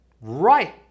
right